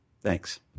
Thanks